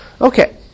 Okay